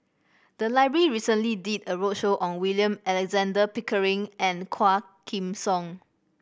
the library recently did a roadshow on William Alexander Pickering and Quah Kim Song